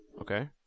Okay